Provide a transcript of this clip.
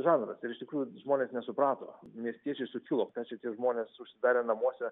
žanras ir iš tikrųjų žmonės nesuprato miestiečiai sukilo ką šitie žmonės užsidarę namuose